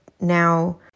now